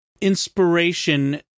inspiration